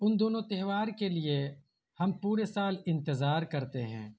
ان دونوں تہوار کے لیے ہم پورے سال انتظار کرتے ہیں